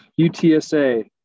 UTSA